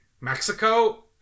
Mexico